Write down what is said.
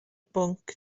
bwnc